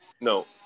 no